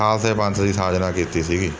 ਖਾਲਸੇ ਪੰਥ ਦੀ ਸਾਜਨਾ ਕੀਤੀ ਸੀਗੀ